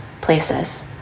places